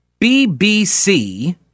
BBC